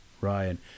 Ryan